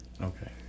okay